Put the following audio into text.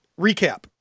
Recap